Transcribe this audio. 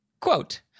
Quote